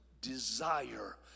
desire